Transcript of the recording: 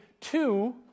two